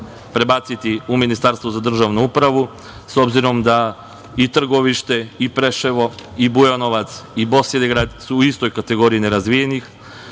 prebaciti u Ministarstvo za državnu upravu, s obzirom da i Trgovište i Preševo i Bujanovac i Bosilegrad su u istoj kategoriji nerazvijenih. Ovo